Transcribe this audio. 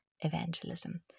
evangelism